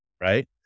right